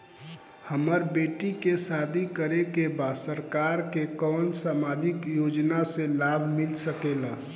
हमर बेटी के शादी करे के बा सरकार के कवन सामाजिक योजना से लाभ मिल सके ला?